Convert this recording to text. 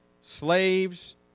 slaves